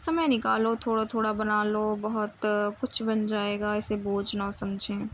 سمے نکالو تھوڑا تھوڑا بنا لو بہت کچھ بن جائے گا اسے بوجھ نہ سمجھیں